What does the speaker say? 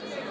Właściwe